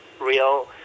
real